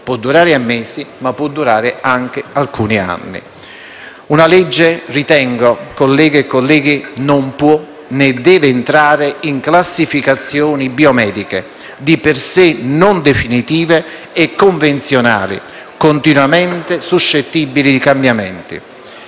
può durare pochi giorni, mesi, ma anche alcuni anni. Una legge, ritengo, colleghe e colleghi, non può e non deve entrare in classificazioni biomediche, di per sé non definitive e convenzionali, continuamente suscettibili di cambiamenti.